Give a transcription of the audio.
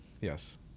Yes